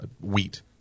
wheat